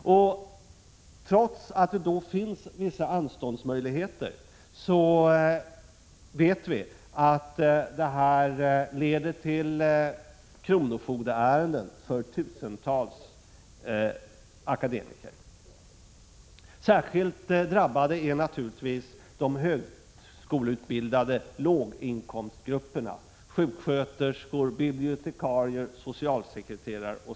Trots att det finns vissa anståndsmöjligheter vet vi att studieskulderna leder till kronofogdeärenden för tusentals akademiker. Särskilt drabbade är naturligtvis de högskoleutbildade lågin Prot. 1986/87:23 komstgrupperna, sjuksköterskor, bibliotekarier, socialsekreterare m.fl.